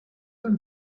ein